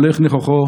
הולך נכחו.